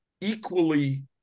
equally